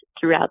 throughout